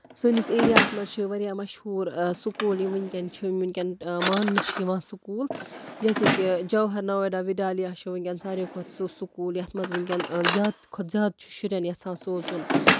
سٲنِس ایریا ہَس منٛز چھِ واریاہ مَشہوٗر سکوٗل یِم وُنکیٚن چھِ یِم ونکیٚن ماننہٕ چھِ یِوان سکوٗل جیسے کہِ جَوہَر نویدا وِدیالِیا چھُ ونکیٚن ساروے کھۄتہٕ سُہ سکوٗل یَتھ منٛز ونکیٚن زیادٕ کھۄتہٕ زیادٕ چھِ شُرٮ۪ن یِژھان سوزُن